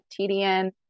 TDN